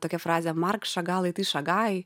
tokia frazė mark šagal i ti šagai